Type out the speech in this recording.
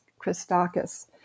Christakis